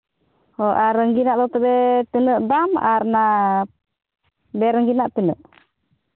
ᱦᱮᱸ ᱟᱨ ᱨᱚᱝᱜᱤᱱᱟᱜ ᱫᱚ ᱛᱚᱵᱮ ᱛᱤᱱᱟᱹᱜ ᱫᱟᱢ ᱟᱨ ᱚᱱᱟ ᱵᱮ ᱨᱚᱝᱜᱤᱱᱟᱜ ᱛᱤᱱᱟᱹᱜ